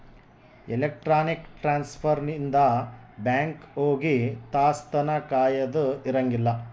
electronic transfer ಇಂದ bank ಹೋಗಿ ತಾಸ್ ತನ ಕಾಯದ ಇರಂಗಿಲ್ಲ